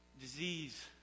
disease